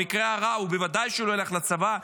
במקרה הרע בוודאי שהוא לא ילך לצבא.